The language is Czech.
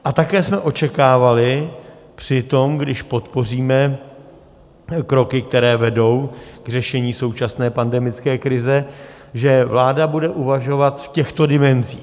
A také jsme očekávali při tom, když podpoříme kroky, které vedou k řešení současné pandemické krize, že vláda bude uvažovat v těchto dimenzích.